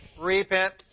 Repent